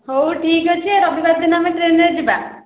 ହଉ ଠିକ ଅଛି ଆଉ ରବିବାର ଦିନ ଆମେ ଟ୍ରେନରେ ଯିବା